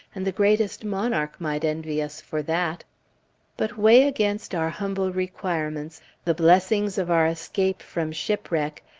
and the greatest monarch might envy us for that but weigh against our humble requirements the blessings of our escape from shipwreck,